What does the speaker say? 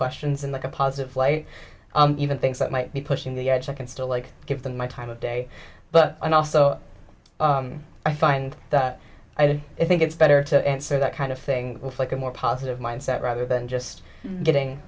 questions and make a positive light even things that might be pushing the edge i can still like give them my time of day but i also i find that i did i think it's better to answer that kind of thing like a more positive mindset rather than just getting